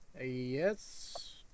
Yes